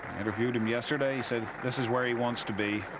interviewed him yesterday. he said, this is where he wants to be